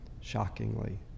shockingly